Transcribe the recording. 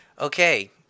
Okay